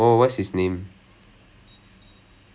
err vivegan னு சொல்லிட்டு ஒருத்தன்:nu sollittu orutthan